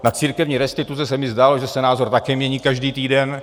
Na církevní restituce se mi zdálo, že se názor také mění každý týden.